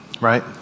right